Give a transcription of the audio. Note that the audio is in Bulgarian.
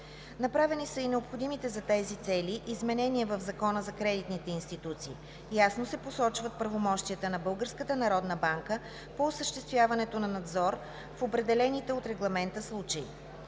Направени са и необходимите за тези цели изменения в Закона за кредитните институции, ясно се посочват правомощията на Българската народна банка по осъществяването на надзор в определените от регламента случаи.